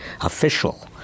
official